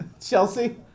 Chelsea